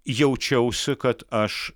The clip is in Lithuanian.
jaučiausi kad aš